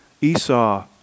Esau